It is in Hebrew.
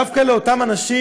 דווקא לאותם אנשים,